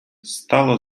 стало